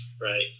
Right